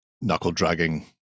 knuckle-dragging